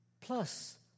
Plus